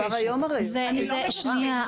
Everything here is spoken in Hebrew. אני לא מקשקשת,